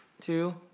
two